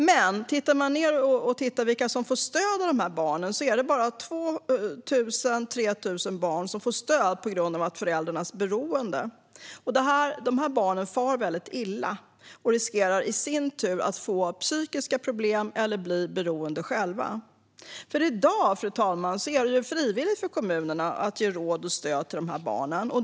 Men om man tittar på hur många av de barnen som får stöd kan man se att det bara är 2 000-3 000 barn som får stöd på grund av föräldrarnas beroende. Barnen far väldigt illa och riskerar att i sin tur få psykiska problem eller själva bli beroende. I dag är det frivilligt för kommunerna att ge råd och stöd till de här barnen.